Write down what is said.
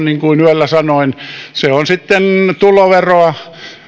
niin kuin yöllä sanoin se on sitten tuloveroa